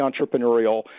entrepreneurial